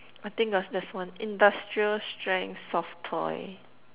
I think of this one industrial strength soft toy